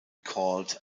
called